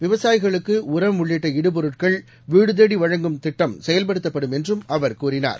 விவசாயிகளுக்குஉரம் உள்ளிட்டு இடுபொருட்கள் வீடுதேடிவழங்கும் திட்டம் செயல்படுத்தப்படும் என்றுஅவர் கூறினார்